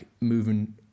moving